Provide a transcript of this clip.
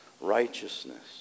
righteousness